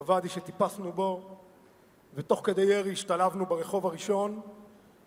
הוועדי שטיפסנו בו, ותוך כדי ירי השתלבנו ברחוב הראשון